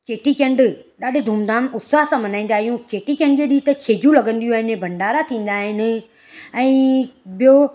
चेटीचंड ॾाढे धूमधाम उत्साह सां मल्हाईंदा आहियूं चेटचंड जे ॾींहुं त छेजू लॻंदियूं आहिनि भंडारा थींदा आहिनि ऐं ॿियो